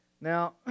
Now